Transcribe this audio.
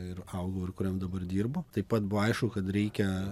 ir augau ir kuriam dabar dirbu taip pat buvo aišku kad reikia